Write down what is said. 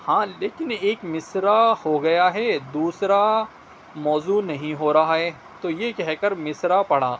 ہاں لیکن ایک مصرعہ ہو گیا ہے دوسرا موزوں نہیں ہو رہا ہے تو یہ کہہ کر مصرعہ پڑھا